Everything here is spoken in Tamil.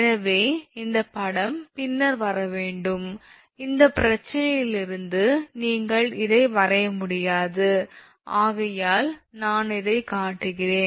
எனவே இந்த படம் பின்னர் வர வேண்டும் இந்த பிரச்சனையிலிருந்து நீங்கள் இதை வரைய முடியாது ஆகையால் நான் இதை காட்டுகிறேன்